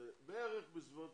זה בערך בסביבות